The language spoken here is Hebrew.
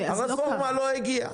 אבל הרפורמה לא הגיעה.